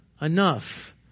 enough